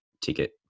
ticket